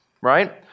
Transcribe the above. right